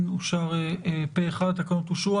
הצבעה בעד, פה אחד התקנות אושרו.